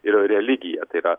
ir religija tai tą